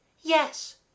Yes